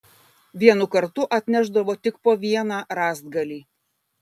vienu kartu atnešdavo tik po vieną rąstgalį